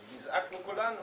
אז נזעקנו כולנו,